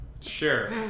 Sure